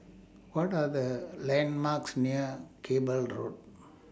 What Are The landmarks near Cable Road